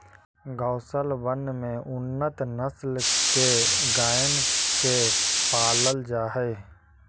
गौशलबन में उन्नत नस्ल के गइयन के पालल जा हई